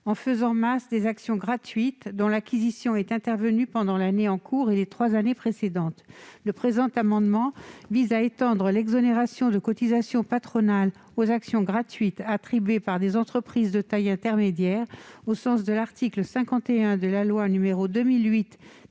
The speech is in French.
en faisant masse des actions gratuites dont l'acquisition est intervenue pendant l'année en cours et les trois années précédentes. Le présent amendement vise à étendre l'exonération de cotisations patronales aux actions gratuites attribuées par des entreprises de taille intermédiaire (ETI), au sens de l'article 51 de la loi n° 2008-776